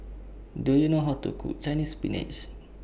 Do YOU know How to Cook Chinese Spinach